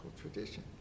tradition